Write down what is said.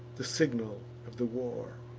the signal of the war.